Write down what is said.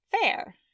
Fair